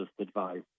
advice